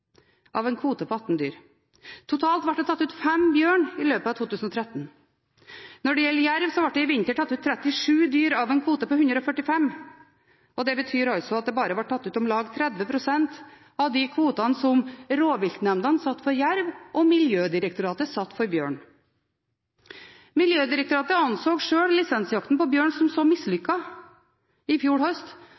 av en kvote på 18 dyr. Totalt ble det tatt ut 5 bjørn i løpet av 2013. Når det gjelder jerv, ble det i vinter tatt ut 37 dyr av en kvote på 145. Det betyr at det altså bare ble tatt ut om lag 30 pst. av de kvotene som rovviltnemnde ne satte for jerv, og Miljødirektoratet satte for bjørn. Miljødirektoratet anså sjøl lisensjakta på bjørn som så mislykket i fjor høst